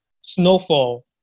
Snowfall